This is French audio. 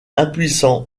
impuissant